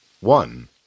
One